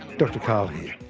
dr karl here.